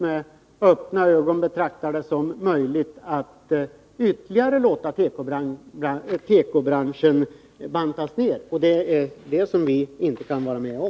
Man betecknar alltså med öppna ögon en ytterligare nedbantning av tekobranschen som möjlig. Det är detta som vi inte kan vara med om.